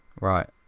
Right